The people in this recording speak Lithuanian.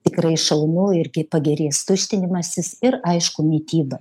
tikrai šaunu ir pagerės tuštinimasis ir aišku mityba